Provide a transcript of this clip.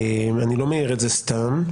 אני לא מעיר את זה סתם.